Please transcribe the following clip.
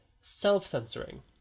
self-censoring